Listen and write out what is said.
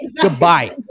goodbye